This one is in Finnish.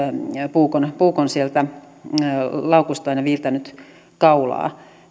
puukon puukon sieltä laukustaan ja viiltänyt kaulaa